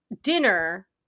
dinner